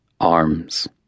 Arms